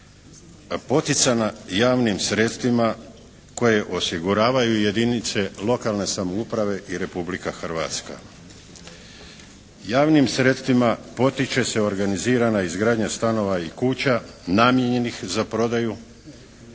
poticana javnim sredstvima koje osiguravaju jedinice lokalne samouprave i Republika Hrvatska. Javnim sredstvima potiče se organizirana izgradnja stanova i kuća namijenjenih za prodaju po cijenama